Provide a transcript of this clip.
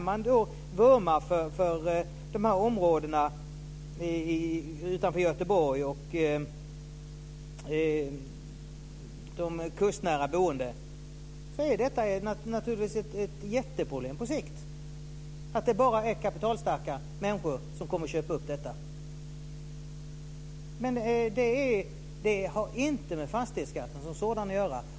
Man vurmar för områden utanför Göteborg och för de kustnära boende men på sikt är det naturligtvis ett stort problem att endast kapitalstarka människor kommer att köpa upp i dessa områden. Det hela har alltså inte med fastighetsskatten som sådan att göra.